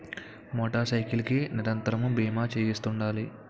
motor cycle కి నిరంతరము బీమా చేయిస్తుండాలి